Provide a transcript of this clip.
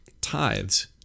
tithes